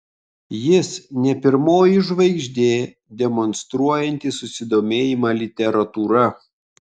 jis ne pirmoji žvaigždė demonstruojanti susidomėjimą literatūra